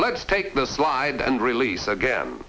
let's take the slide and release again